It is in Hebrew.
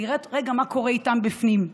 לראות מה קורה איתם בפנים,